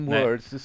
words